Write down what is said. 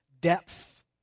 depth